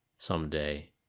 someday